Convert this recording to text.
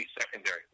secondary